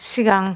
सिगां